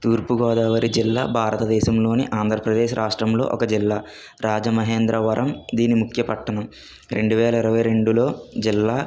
తూర్పుగోదావరి జిల్లా భారతదేశంలోని ఆంధ్రప్రదేశ్ రాష్ట్రంలో ఒక జిల్లా రాజమహేంద్రవరం దీని ముఖ్య పట్టణం రెండు వేల ఇరవై రెండులో జిల్లా